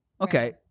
Okay